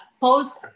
post